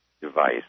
device